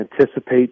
anticipate